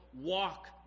walk